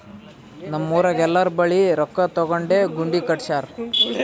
ನಮ್ ಊರಾಗ್ ಎಲ್ಲೋರ್ ಬಲ್ಲಿ ರೊಕ್ಕಾ ತಗೊಂಡೇ ಗುಡಿ ಕಟ್ಸ್ಯಾರ್